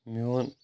میون